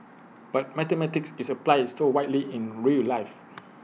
but mathematics is applied so widely in real life